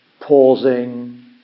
pausing